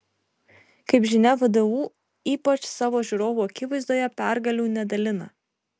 kaip žinia vdu ypač savo žiūrovų akivaizdoje pergalių nedalina